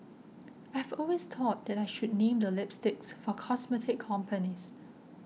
I've always thought that I should name the lipsticks for cosmetic companies